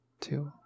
two